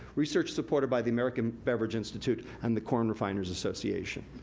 research supported by the american beverage institute and the corn refiner's association.